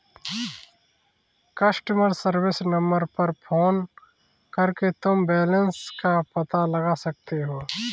customer service number पर phone करके तुम बैलन्स का पता लगा सकते हो